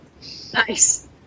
Nice